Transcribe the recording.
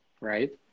right